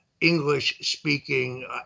English-speaking